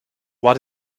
what